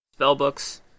Spellbooks